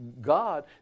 God